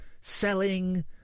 selling